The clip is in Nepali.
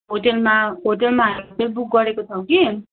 होटेलमा होटेलमा हामीले बुक गरेको छौँ कि